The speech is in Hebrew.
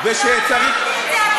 לא אמרתי את זה.